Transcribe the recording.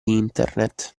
internet